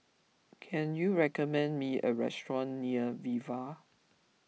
can you recommend me a restaurant near Viva